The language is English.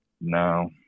No